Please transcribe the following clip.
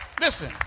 Listen